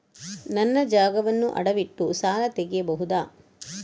ನನ್ನ ಜಾಗವನ್ನು ಅಡವಿಟ್ಟು ಸಾಲ ತೆಗೆಯಬಹುದ?